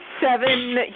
seven